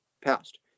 passed